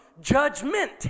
judgment